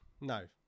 no